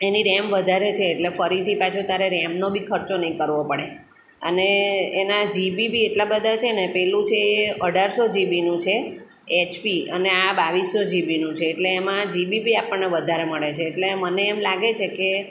એની RAM વધારે છે એટલે ફરીથી પાછો તારે રેમનો બી ખર્ચો નહીં કરવો પડે અને એના જીબી બી એટલા બધા છે ને પેલું છે એ અઢારસો જીબીનું છે એચપી અને આ બાવીસસો જીબીનું છે એટલે એમાં જીબી બી આપણને વધારે મળે છે એટલે મને એમ લાગે છે કે